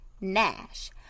Nash